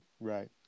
Right